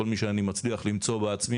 כל מי שאני מצליח למצוא בעצמי,